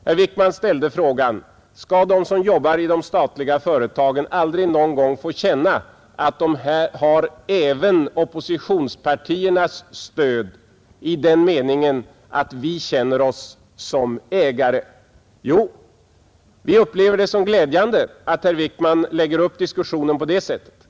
Herr Wickman ställde frågan: Skall de som jobbar i de statliga företagen aldrig någonsin få känna att de har även oppositionspartiernas stöd i den meningen att vi betraktar oss som ägare? Jo, vi upplever det som glädjande att herr Wickman lägger upp diskussionen på det sättet.